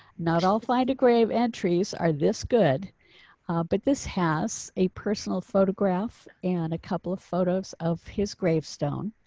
not all find a grave entries are this good but this has a personal photograph and a couple of photos of his gravestone.